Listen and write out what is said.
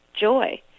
joy